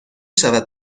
شود